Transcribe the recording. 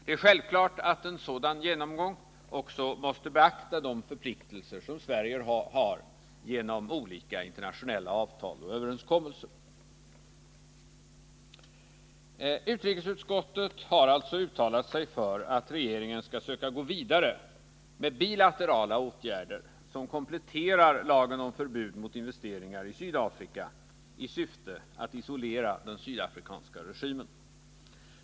Det är självklart att en sådan genomgång också måste beakta de förpliktelser som Sverige har genom olika internationella avtal och överenskommelser. Utrikesutskottet har alltså uttalat sig för att regeringen skall söka gå vidare med bilaterala åtgärder som kompletterar lagen om förbud mot investeringar i Sydafrika, i syfte att isolera den sydafrikanska regimen.